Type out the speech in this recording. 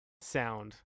sound